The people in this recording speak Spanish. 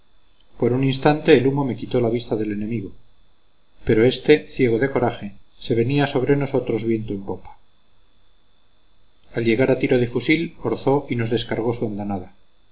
por un instante el humo me quitó la vista del enemigo pero éste ciego de coraje se venía sobre nosotros viento en popa al llegar a tiro de fusil orzó y nos descargó su andanada